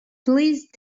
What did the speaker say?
please